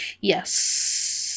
Yes